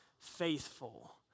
Faithful